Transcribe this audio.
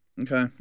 Okay